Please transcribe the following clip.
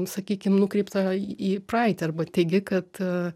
sakykim nukreiptą į praeitį arba teigi kad